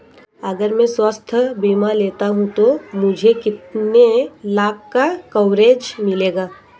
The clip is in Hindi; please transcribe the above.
अगर मैं स्वास्थ्य बीमा लेता हूं तो मुझे कितने लाख का कवरेज मिलेगा?